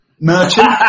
Merchant